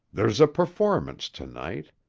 there's a performance to-night.